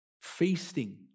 Feasting